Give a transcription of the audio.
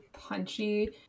punchy